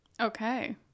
Okay